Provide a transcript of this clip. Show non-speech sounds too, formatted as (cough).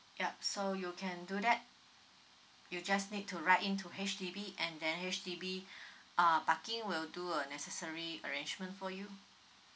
yup so you can do that you just need to write in to H_D_B and then H_D_B (breath) uh parking will do a necessary arrangement for you